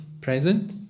present